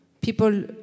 people